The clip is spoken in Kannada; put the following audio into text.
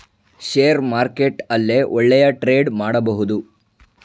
ಷೇರ್ ಮಾರ್ಕೆಟ್ ಅಲ್ಲೇ ಒಳ್ಳೆಯ ಟ್ರೇಡ್ ಮಾಡಬಹುದು